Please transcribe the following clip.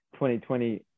2020